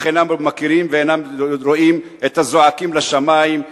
אך אינם מכירים ואינם רואים את הזועקים לשמים,